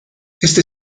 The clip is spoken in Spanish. este